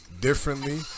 differently